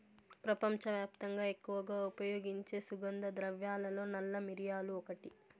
ప్రపంచవ్యాప్తంగా ఎక్కువగా ఉపయోగించే సుగంధ ద్రవ్యాలలో నల్ల మిరియాలు ఒకటి